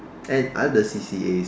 and other C_C_As